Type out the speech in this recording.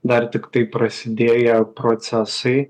dar tiktai prasidėję procesai